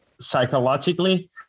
psychologically